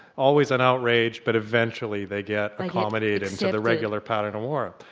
always an outrage but eventually they get accommodated into the regular pattern of war.